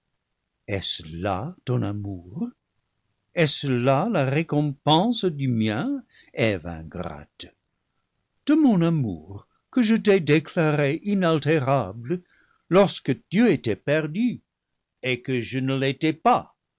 est-ce là ton amour est-ce là la récompense du mien eve ingrate de mon amour que je t'ai déclaré inaltérable lorsque tu étais perdue et que je ne l'étais pas